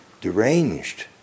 deranged